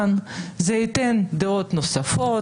זה ייתן מגוון, זה ייתן דעות נוספות,